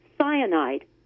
cyanide